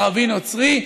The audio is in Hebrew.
ערבי נוצרי,